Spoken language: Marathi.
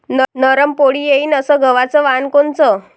नरम पोळी येईन अस गवाचं वान कोनचं?